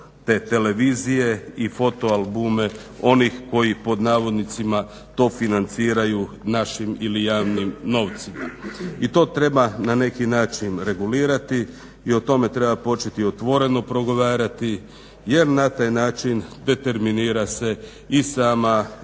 te televizije i foto albume onih koji "to financiraju" našim ili javnim novcima. I to treba na neki način regulirati i o tome treba početi otvoreno progovarati jer na taj način determinira se i sama izborna